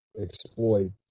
exploit